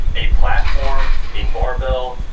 a platform, a barbell,